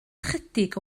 ychydig